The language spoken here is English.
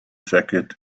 jacket